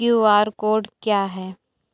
QR code क्या है?